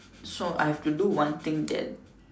so I have to do one thing that